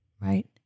Right